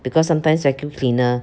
because sometimes vacuum cleaner